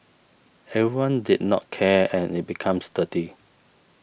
everyone did not care and it becomes dirty